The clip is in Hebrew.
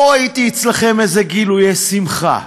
לא ראיתי אצלכם איזה גילויי שמחה,